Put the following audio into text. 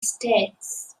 states